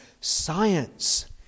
science